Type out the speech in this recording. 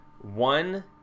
one